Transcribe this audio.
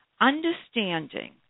understanding